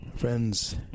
Friends